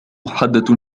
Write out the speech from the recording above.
حادة